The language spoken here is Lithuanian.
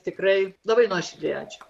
tikrai labai nuoširdžiai ačiū